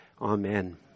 Amen